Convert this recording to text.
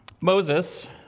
Moses